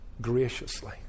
graciously